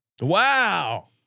Wow